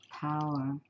power